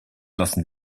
lassen